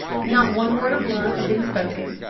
not one word of love had been spoken,